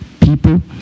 people